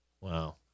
Wow